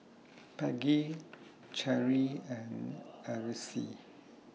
Peggy Cherie and Aracely